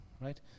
Right